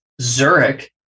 Zurich